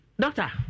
Doctor